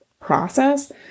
process